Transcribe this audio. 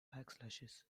backslashes